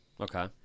Okay